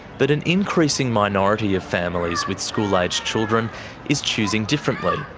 but an increasing minority of families with school-aged children is choosing differently.